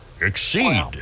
Exceed